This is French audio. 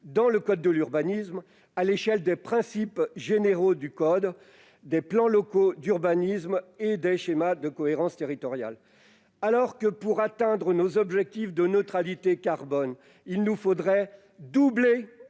dans le code de l'urbanisme, au même niveau que les principes généraux du code, les plans locaux d'urbanisme (PLU) et les schémas de cohérence territoriale (SCoT). Alors que, pour atteindre nos objectifs de neutralité carbone, il nous faudrait doubler